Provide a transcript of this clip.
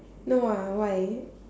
no ah why